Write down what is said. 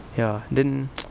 ya then